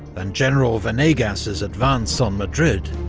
and general venegas' advance on madrid,